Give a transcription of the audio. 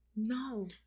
No